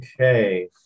Okay